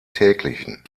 täglichen